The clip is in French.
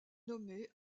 nommé